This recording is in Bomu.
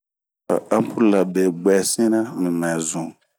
e ampol ra be biɛ sinra, mimɛ zunh